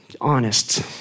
Honest